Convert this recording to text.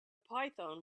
python